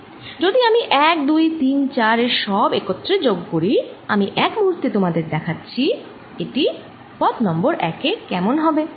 যদি আমি 1 2 3 4 এর সব একত্রে যোগ করি আমি এক মুহূর্তে তোমাদের দেখাচ্ছি এটি পথ নং 1 এ কেমন দেখতে হবে